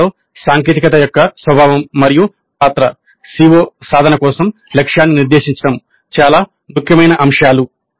అంచనాలో సాంకేతికత యొక్క స్వభావం మరియు పాత్ర CO సాధన కోసం లక్ష్యాన్ని నిర్దేశించడం చాలా ముఖ్యమైన అంశాలు